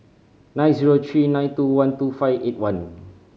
nine zero three nine two one two five eight one